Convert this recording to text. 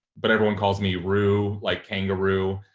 but everyone calls me roo. like kangaroo.